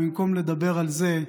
במקום לדבר על זה,